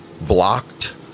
blocked